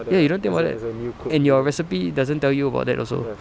ya you don't think about that and your recipe doesn't tell you about that also